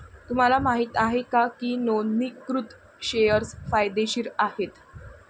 तुम्हाला माहित आहे का की नोंदणीकृत शेअर्स फायदेशीर आहेत?